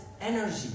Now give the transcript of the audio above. energy